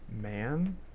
Man